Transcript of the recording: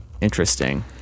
Interesting